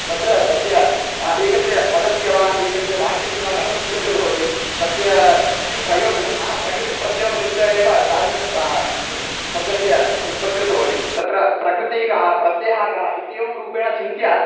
तत्र तस्य एकस्य पदस्य वा एकस्य वाक्यस्य वा कथम् उत्पत्तिर्भवति तस्य किं प्रयोजनं नाम प्रकृतिप्रत्ययौ मिलित्वा एव तादृशं किं शब्दस्य उत्पत्तिर्भवति तत्र प्रकृतिः का प्रत्ययः कः इत्येवं रूपेण विचिन्त्य